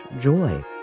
Joy